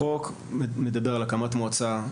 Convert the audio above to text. החוק מדבר על הקמת מועצה.